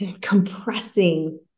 compressing